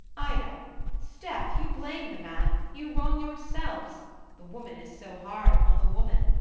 ida sdeath! you blame the man you wrong yourselves the woman is so hard upon the woman.